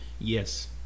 Yes